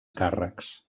càrrecs